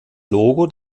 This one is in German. logo